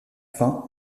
fin